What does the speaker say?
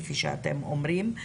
כפי שאתם אומרים,